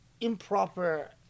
improper